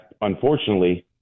Unfortunately